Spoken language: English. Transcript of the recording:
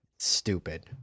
stupid